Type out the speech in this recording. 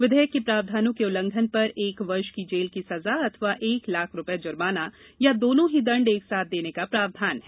विधेयक के प्रावधानों के उल्लंघन पर एक वर्ष की जेल की सज़ा अथवा एक लाख रुपए जुर्माना या दोनों ही दंड एक साथ देने का प्रावधान है